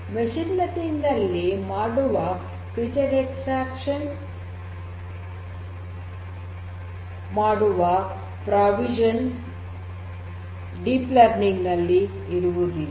machine learning ನಲ್ಲಿ feature extraction ಮಾಡುವ ನಿಬಂಧನೆ ಡೀಪ್ ಲರ್ನಿಂಗ್ ನಲ್ಲಿ ಇರುವುದಿಲ್ಲ